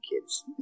kids